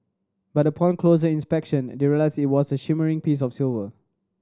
but upon closer inspection they realised it was a shimmering piece of silver